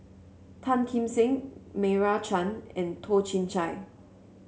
Tan Kim Seng Meira Chand and Toh Chin Chye